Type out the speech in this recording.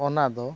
ᱚᱱᱟ ᱫᱚ